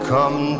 Come